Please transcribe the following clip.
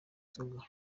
inzoga